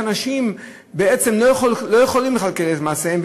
כי אנשים בעצם לא יכולים לכלכל את מעשיהם,